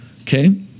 okay